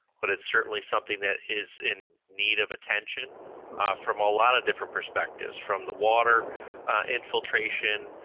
but it's certainly something that is in need of attention from a lot of different perspectives, from the water infiltration,